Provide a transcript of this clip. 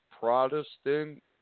Protestant